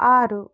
ಆರು